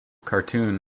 cartoon